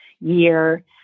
year